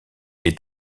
est